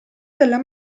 della